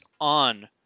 on